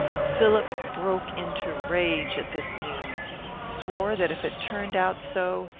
philip broke into rage at this news swore that if it turned out so,